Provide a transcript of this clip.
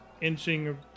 inching